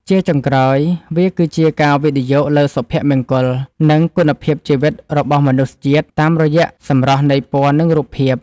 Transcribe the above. ជាចុងក្រោយ វាគឺជាការវិនិយោគលើសុភមង្គល និងគុណភាពជីវិតរបស់មនុស្សជាតិ តាមរយៈសម្រស់នៃពណ៌ និងរូបភាព។